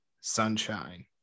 Sunshine